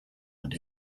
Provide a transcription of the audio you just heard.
and